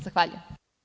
Zahvaljujem.